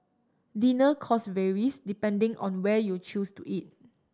dinner cost varies depending on where you choose to eat